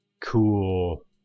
cool